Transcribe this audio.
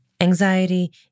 Anxiety